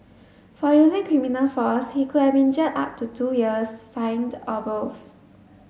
for using criminal force he could have been jailed up to two years fined or both